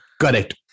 Correct